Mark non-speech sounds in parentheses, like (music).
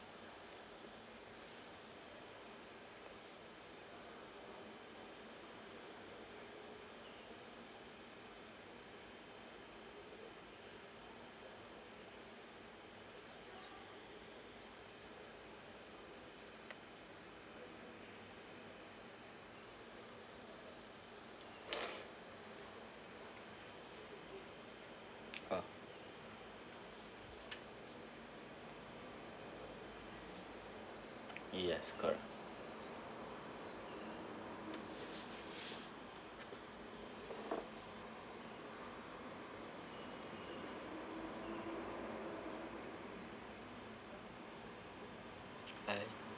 (noise) ah yes correct I